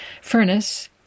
Furnace